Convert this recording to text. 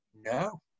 No